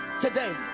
today